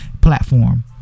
platform